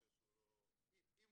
אם